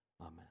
Amen